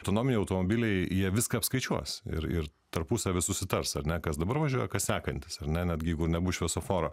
autonominiai automobiliai jie viską apskaičiuos ir ir tarpusavy susitars ar ne kas dabar važiuoja kas sekantis ar ne netgi jeigu nebus šviesoforo